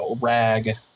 rag